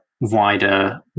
wider